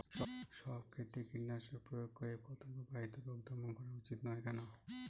সব ক্ষেত্রে কীটনাশক প্রয়োগ করে পতঙ্গ বাহিত রোগ দমন করা উচিৎ নয় কেন?